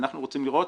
אנחנו רוצים לראות